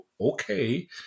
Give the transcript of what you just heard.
okay